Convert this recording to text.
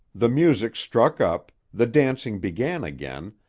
the music struck up, the dancing began again,